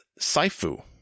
Saifu